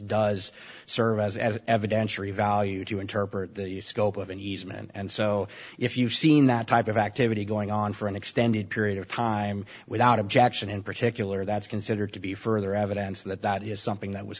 does serve as an evidentiary value to interpret the scope of an easement and so if you've seen that type of activity going on for an extended period of time without objection in particular that's considered to be further evidence that that is something that was